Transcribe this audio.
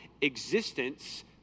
existence